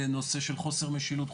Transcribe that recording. לנושא של חוסר משילות,